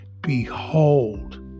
Behold